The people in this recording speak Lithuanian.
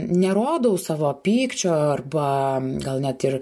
nerodau savo pykčio arba gal net ir